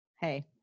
Hey